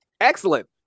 Excellent